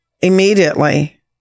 immediately